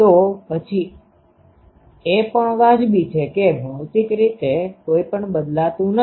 તો પછી એ પણ વાજબી છે કે ભૌતિક રીતે કંઈપણ બદલાતું નથી